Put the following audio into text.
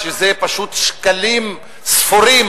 שזה פשוט שקלים ספורים,